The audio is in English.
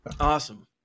Awesome